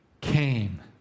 came